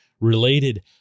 related